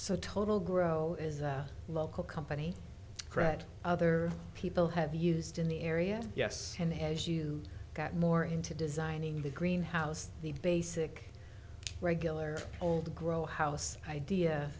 so total grow is a local company correct other people have used in the area yes and as you got more into designing the green house the basic regular old grow house idea